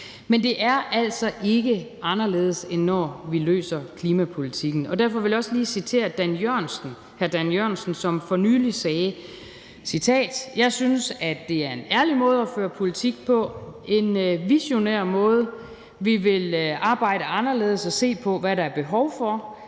Men det er altså ikke anderledes, end når vi løser problemerne i forbindelse med klimapolitikken, og derfor vil jeg også lige citere hr. Dan Jørgensen, som for nylig sagde, citat: Jeg synes, at det er en ærlig måde at føre politik på, en visionær måde. Vi vil arbejde anderledes og se på, hvad der er behov for.